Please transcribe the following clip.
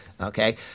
Okay